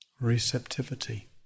Receptivity